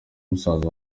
musaza